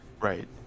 right